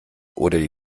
oder